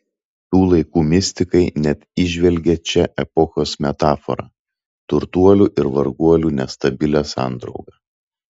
tų laikų mistikai net įžvelgė čia epochos metaforą turtuolių ir varguolių nestabilią sandraugą